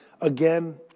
Again